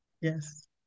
Yes